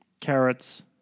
carrots –